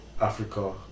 africa